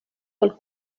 pel